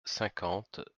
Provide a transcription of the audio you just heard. cinquante